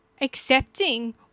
accepting